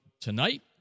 tonight